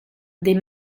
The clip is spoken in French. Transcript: des